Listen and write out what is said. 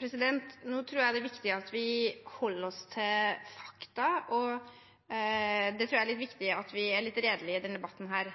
Nå tror jeg det er viktig at vi holder oss til fakta, og jeg tror det er litt viktig